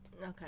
Okay